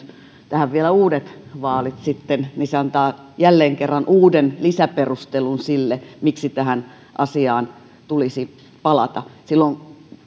tähän vielä uudet vaalit antaa jälleen kerran uuden lisäperustelun sille miksi tähän asiaan tulisi palata silloin